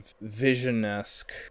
vision-esque